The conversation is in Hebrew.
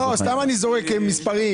סתם אני זורק מספר.